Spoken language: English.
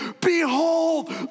behold